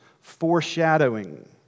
foreshadowing